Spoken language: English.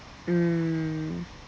mm